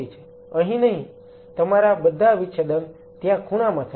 અહી નહિ તમારા બધા વિચ્છેદન ત્યાં ખૂણામાં થશે